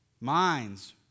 Minds